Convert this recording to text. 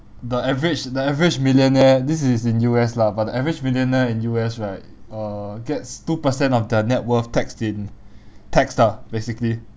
the average the average millionaire this is in U_S lah but the average millionaire in U_S right uh gets two percent of their net worth taxed in taxed ah basically